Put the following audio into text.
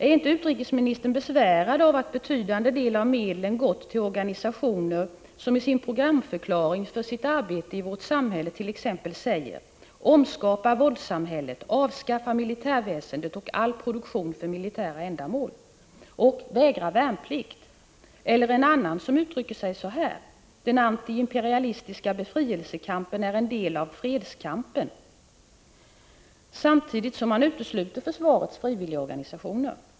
Är inte utrikesministern besvärad av att betydande del av medlen gått till organisationer som i programförklaringen för sitt arbete i vårt samhälle säger t.ex.: Omskapa våldssamhället, avskaffa militärväsendet och all produktion för militära ändamål och vägra värnplikt? En annan organisation uttrycker sig på följande sätt: Den anti-imperialistiska befrielsekampen är del av fredskampen. Samtidigt utesluter man försvarets frivilligorganisationer.